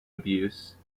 abuse